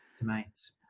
domains